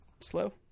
slow